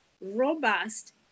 robust